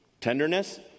tenderness